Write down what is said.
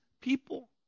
people